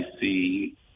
see